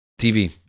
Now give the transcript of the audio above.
TV